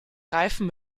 reifen